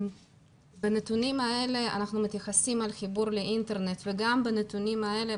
בנתונים האלה אנחנו מתייחסים לחיבור לאינטרנט וגם בנתונים האלה,